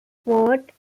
fort